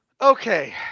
Okay